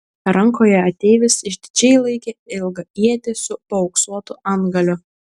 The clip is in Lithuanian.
rankoje ateivis išdidžiai laikė ilgą ietį su paauksuotu antgaliu